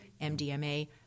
MDMA